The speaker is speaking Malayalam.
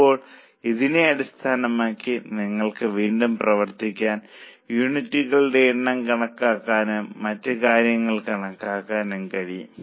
ഇപ്പോൾ ഇതിനെ അടിസ്ഥാനമാക്കി നിങ്ങൾക്ക് വീണ്ടും പ്രവർത്തിക്കാനും യൂണിറ്റുകളുടെ എണ്ണം കണക്കാക്കാനും മറ്റ് കാര്യങ്ങൾ കണക്കാക്കാനും കഴിയും